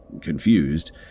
Confused